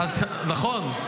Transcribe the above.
נכון.